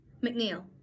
McNeil